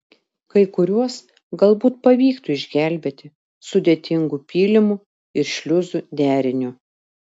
kai kuriuos galbūt pavyktų išgelbėti sudėtingu pylimų ir šliuzų deriniu